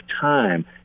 time